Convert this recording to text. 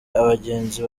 abagenzi